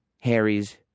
Harry's